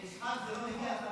זה נשחק, זה לא מגיע ל-50%.